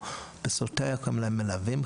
בסוטריה קוראים להם "מלווים",